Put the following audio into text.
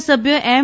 ના સભ્ય એમ